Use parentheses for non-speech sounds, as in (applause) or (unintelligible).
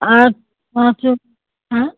আর (unintelligible) হ্যাঁ